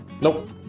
nope